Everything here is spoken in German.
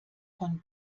von